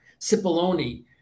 Cipollone